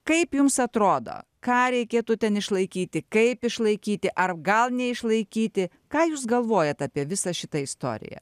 kaip jums atrodo ką reikėtų ten išlaikyti kaip išlaikyti ar gal neišlaikyti ką jūs galvojat apie visą šitą istoriją